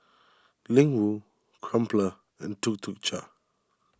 Ling Wu Crumpler and Tuk Tuk Cha